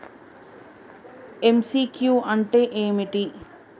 MCQ అంటే ఏమిటి?